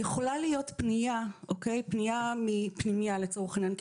יכולה להיות פנייה מפנימייה לצורך העניין, כי